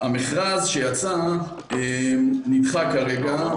המכרז שיצא נדחה כרגע,